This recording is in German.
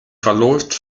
verläuft